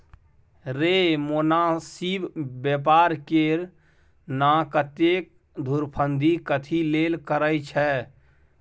रे मोनासिब बेपार करे ना, एतेक धुरफंदी कथी लेल करय छैं?